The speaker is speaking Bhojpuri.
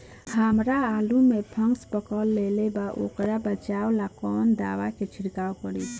हमरा आलू में फंगस पकड़ लेले बा वोकरा बचाव ला कवन दावा के छिरकाव करी?